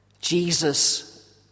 Jesus